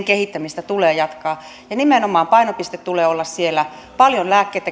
kehittämistä tulee jatkaa ja painopisteen tulee olla nimenomaan niissä paljon lääkkeitä